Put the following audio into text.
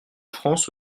france